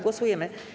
Głosujemy.